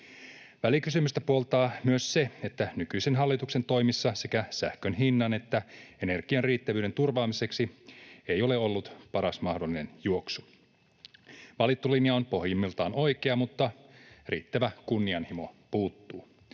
Välikysymystä puoltaa myös se, että nykyisen hallituksen toimissa sekä sähkön hinnan että energian riittävyyden turvaamiseksi ei ole ollut paras mahdollinen juoksu. Valittu linja on pohjimmiltaan oikea, mutta riittävä kunnianhimo puuttuu.